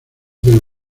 del